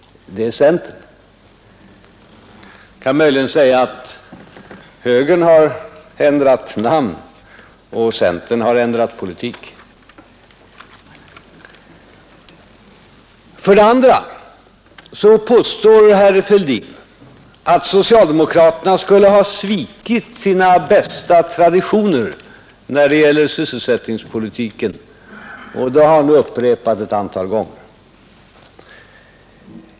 Det är centern. Det kan möjligen sägas att högern har ändrat namn och centern har ändrat politik. För det andra påstår herr Fälldin att socialdemokraterna skulle ha svikit sina bästa traditioner när det gäller sysselsättningspolitiken, och det har han upprepat ett antal gånger.